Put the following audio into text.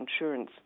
insurance